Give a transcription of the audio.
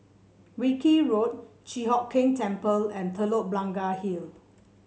Wilkie Road Chi Hock Keng Temple and Telok Blangah Hill